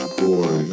boy